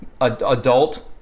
adult